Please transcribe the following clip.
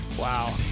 Wow